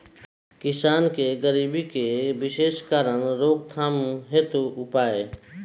किसान के गरीबी के विशेष कारण रोकथाम हेतु उपाय?